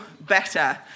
better